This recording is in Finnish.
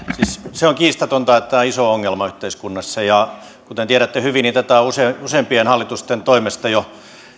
se on kiistatonta että tämä on iso ongelma yhteiskunnassa ja kuten tiedätte hyvin tätä on useampien hallitusten toimesta jo